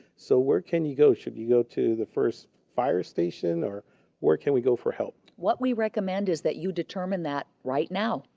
so where can you go? should you go to the first fire station? where can we go for help? what we recommend is that you determine that right now.